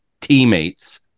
teammates